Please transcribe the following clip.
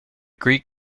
greek